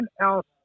else